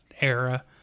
era